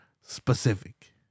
specific